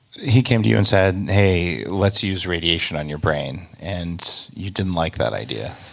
he came to you and said, hey let's use radiation on your brain. and you didn't like that idea?